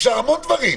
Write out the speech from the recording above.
אפשר המון דברים,